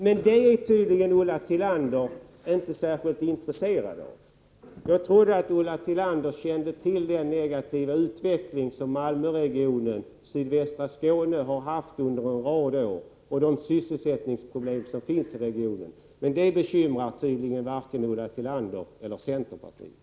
Men det är tydligt att Ulla Tillander inte är särskilt intresserad av detta. Jag trodde att Ulla Tillander kände till den negativa utveckling som Malmöregionen och sydvästra Skåne har haft under en rad år och de sysselsättningsproblem som finns i regionen. Men dessa problem bekymrar tydligen varken Ulla Tillander eller centerpartiet.